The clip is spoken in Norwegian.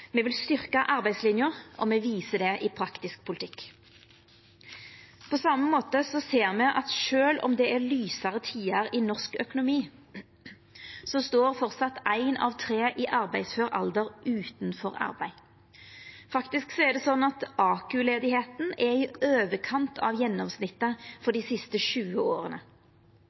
me vil styrkja arbeidslinja, og me viser det i praktisk politikk. På same måten ser me at sjølv om det er lysare tider i norsk økonomi, står framleis ein av tre i arbeidsfør alder utanfor arbeid. Faktisk er det sånn at AKU-arbeidsløysa er i overkant av gjennomsnittet for dei siste 20 åra,